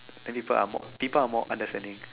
then people are more people are more understanding